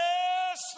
Yes